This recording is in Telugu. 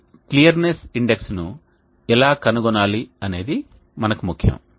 ఈ క్లియర్నెస్ ఇండెక్స్ ను ఎలా కనుగొనాలి అనేది మనకు ముఖ్యం